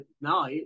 no